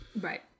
right